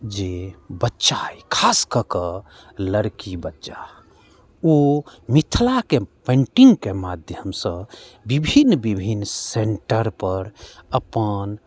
जे बच्चा अइ खास ककऽ लड़की बच्चा ओ मिथिलाके पैन्टिंगके माध्यमसँ विभिन्न विभिन्न सेन्टरपर अपन